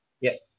Yes